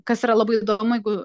kas yra labai įdomu jeigu